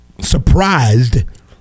surprised